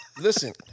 Listen